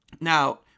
Now